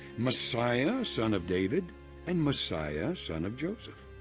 messiah son of david and messiah son of joseph.